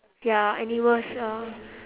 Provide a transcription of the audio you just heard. ya animals ah